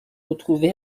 retrouvé